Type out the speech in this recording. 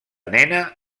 nena